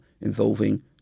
involving